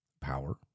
power